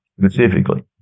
specifically